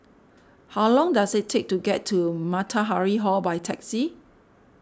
how long does it take to get to Matahari Hall by taxi